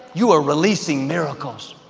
you are releasing miracles.